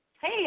Hey